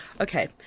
Okay